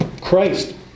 Christ